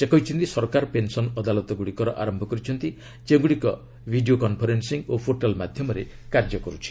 ସେ କହିଛନ୍ତି ସରକାର ପେନ୍ସନ୍ ଅଦାଳତଗୁଡ଼ିକର ଆରମ୍ଭ କରିଛନ୍ତି ଯେଉଁଗୁଡ଼ିକ ଭିଡ଼ିଓ କନ୍ଫରେନ୍ଦିଂ ଓ ପୋର୍ଟାଲ୍ ମାଧ୍ୟମରେ କାର୍ଯ୍ୟ କର୍ରଛି